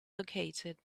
located